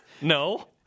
No